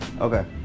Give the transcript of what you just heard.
Okay